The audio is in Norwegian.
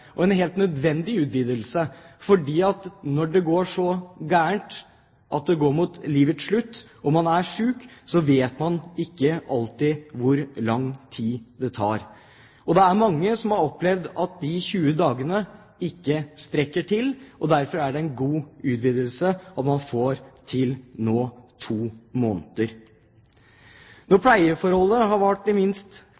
når det går så galt at det går mot livets slutt og man er syk, så vet man ikke alltid hvor lang tid det tar. Det er mange som har opplevd at de 20 dagene ikke strekker til, og derfor er det en god utvidelse at man nå får til to måneder. Når pleieforholdet har vart i minst tre år, gis det rett til fortsatte pleiepenger og forhøyet hjelpestønad når